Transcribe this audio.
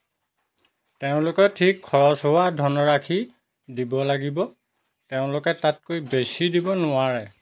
তেওঁলোকে ঠিক খৰচ হোৱা ধনৰাশি দিব লাগিব তেওঁলোকে তাতকৈ বেছি দিব নোৱাৰে